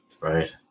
Right